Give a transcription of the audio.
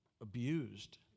abused